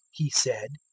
he said